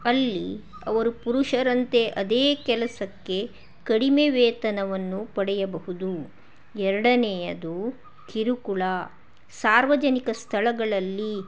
ಅಲ್ಲಿ ಅವರು ಪುರುಷರಂತೆ ಅದೇ ಕೆಲಸಕ್ಕೆ ಕಡಿಮೆ ವೇತನವನ್ನು ಪಡೆಯಬಹುದು ಎರಡನೆಯದು ಕಿರುಕುಳ ಸಾರ್ವಜನಿಕ ಸ್ಥಳಗಳಲ್ಲಿ